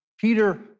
Peter